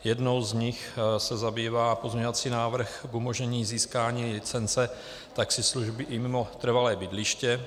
Jednou z nich se zabývá pozměňovací návrh k umožnění získání licence taxislužby i mimo trvalé bydliště.